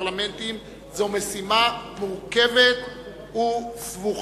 פרלמנטים זו משימה מורכבת וסבוכה.